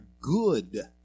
good